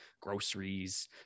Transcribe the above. groceries